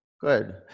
Good